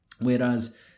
whereas